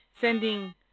sending